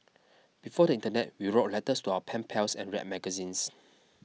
before the internet we wrote letters to our pen pals and read magazines